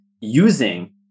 using